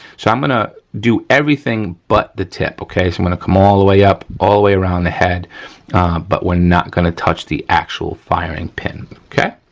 so, i'm gonna do everything but the tip, okay, so i'm gonna come all the way up, all the way around the head but we're not gonna touch the actual firing pin, okay?